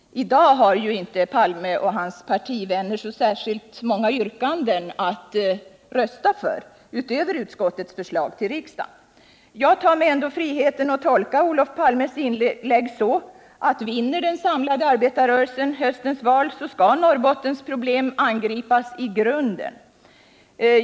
I dag har ju inte Olof Palme och hans partivänner särskilt många yrkanden att rösta för utöver regeringens förslag till riksdagen. Jag tar mig friheten att tolka Olof Palmes inlägg så, att om den samlade arbetarrörelsen vinner höstens val skall Norrbottens problem angripas i grunden.